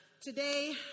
today